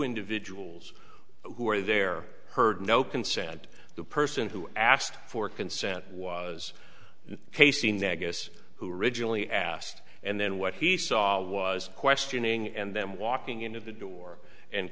individuals who were there heard no consent the person who asked for consent was casing that guess who originally asked and then what he saw was questioning and then walking into the door and